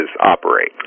operate